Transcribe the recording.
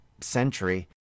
century